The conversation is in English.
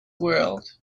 world